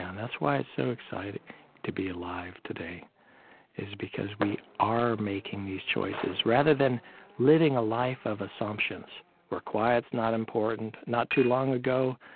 and that's why it's so exciting to be alive today is because we are making these choices rather than living a life of assumptions where quiet is not important. not too long ago,